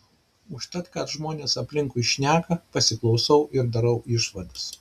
užtat ką žmonės aplinkui šneka pasiklausau ir darau išvadas